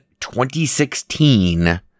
2016